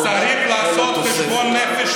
שיענה לנו מאיפה